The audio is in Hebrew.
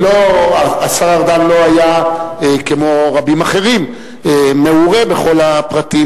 שהשר ארדן לא היה כמו רבים אחרים מעורה בכל הפרטים,